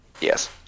Yes